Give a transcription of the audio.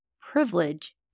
privilege